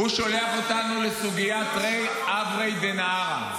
הוא שולח אותנו לסוגיית תרי עברי דנהרא.